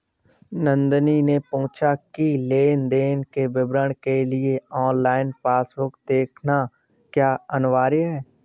नंदनी ने पूछा की लेन देन के विवरण के लिए ऑनलाइन पासबुक देखना क्या अनिवार्य है?